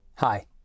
Hi